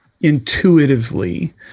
intuitively